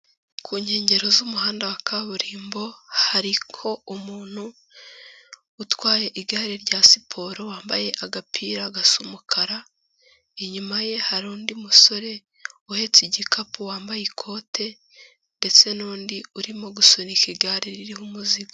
Ku nkengero z'umuhanda wa kaburimbo, hariho umuntu utwaye igare rya siporo, wambaye agapira gasa umukara, inyuma ye hari undi musore uhetse igikapu, wambaye ikote ndetse n'undi urimo gusunika igare ririho umuzigo.